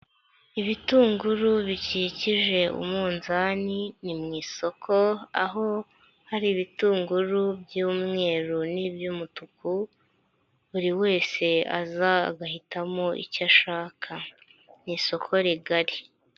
Ibitunguru bikikije umunzani, ni mu isoko aho hari ibitunguru by'umweru n'iby'umutuku, buri wese aza agahitamo icyo ashaka. Ni isoko rigari.